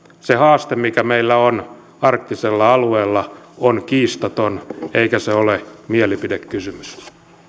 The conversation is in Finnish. se haaste mikä meillä on arktisella alueella on kiistaton eikä se ole mielipidekysymys